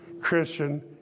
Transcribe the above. Christian